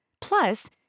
Plus